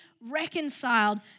reconciled